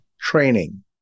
training